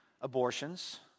abortions